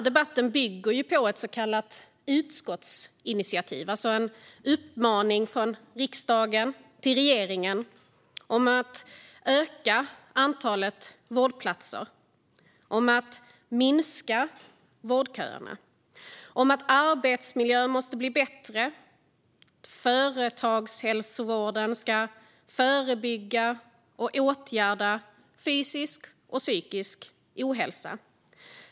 Debatten bygger på ett så kallat utskottsinitiativ, alltså en uppmaning från riksdagen till regeringen, att öka antalet vårdplatser, att korta vårdköerna, att arbetsmiljön måste bli bättre och att företagshälsovården ska förebygga och åtgärda fysisk och psykisk ohälsa.